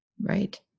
Right